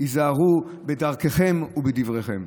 היזהרו בדרככם ובדבריכם.